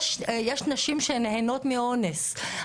יש נשים שנהנות מאונס,